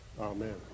Amen